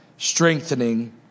strengthening